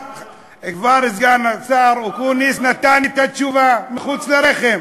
סגן השר אקוניס כבר נתן את התשובה, מחוץ לרחם.